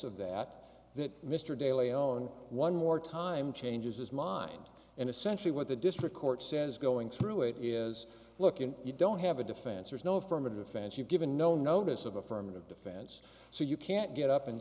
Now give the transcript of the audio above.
of that that mr de lay own one more time changes his mind and essentially what the district court says going through it is looking you don't have a defense there's no affirmative defense you've given no notice of affirmative defense so you can't get up and